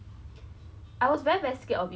I think it was like